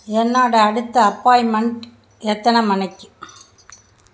என்னோட அடுத்த அப்பாயின்மென்ட் எத்தனை மணிக்கு